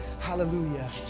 hallelujah